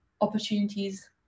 opportunities